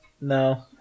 No